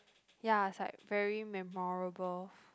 ya is like very memorable